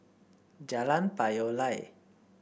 Jalan Payoh Lai